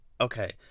okay